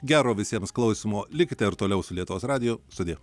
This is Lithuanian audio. gero visiems klausymo likite ir toliau su lietuvos radiju sudie